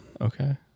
okay